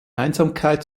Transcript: einsamkeit